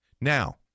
Now